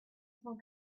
cent